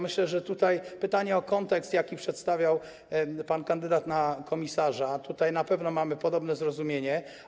Myślę, że jeśli chodzi o pytanie o kontekst, jaki przedstawiał pan kandydat na komisarza, tutaj na pewno mamy podobne zrozumienie.